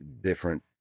different